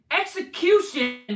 execution